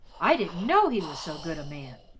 i didn't know he was so good a man.